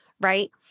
right